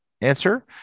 answer